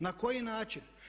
Na koji način?